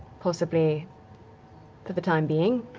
possibly for the time being,